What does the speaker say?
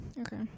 Okay